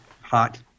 hot